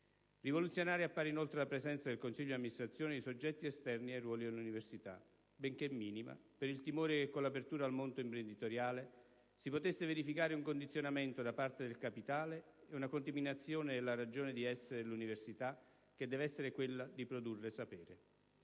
Rivoluzionaria appare inoltre la presenza nel consiglio di amministrazione di soggetti esterni ai ruoli dell'università, benché minima, per il timore che con l'apertura al mondo imprenditoriale si potesse verificare un condizionamento da parte del capitale e una contaminazione della ragione di essere dell'università, che deve essere quella di produrre sapere.